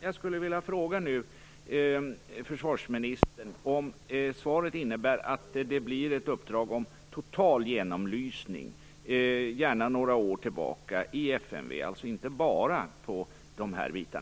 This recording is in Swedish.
Jag skulle vilja fråga försvarsministern om hans svar innebär att det blir ett uppdrag om total genomlysning, gärna några år tillbaka, i FMV, alltså inte bara i dessa delar.